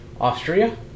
Austria